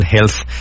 health